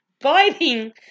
Biting